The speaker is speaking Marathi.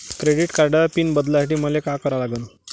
क्रेडिट कार्डाचा पिन बदलासाठी मले का करा लागन?